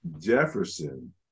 Jefferson